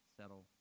settle